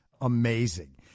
amazing